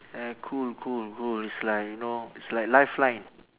ya cool cool cool it's like you know it's like life line